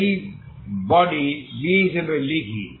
এই body B হিসাবে লিখি